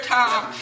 time